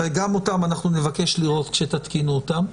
וגם אותם נבקש לראות כשתתקינו אותם,